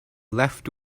left